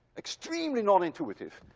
extremely nonintuitive.